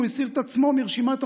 הוא הסיר את עצמו מרשימת החוקים.